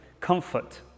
comfort